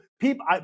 people